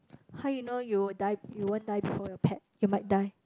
how you know you would die you won't die before your pet you might die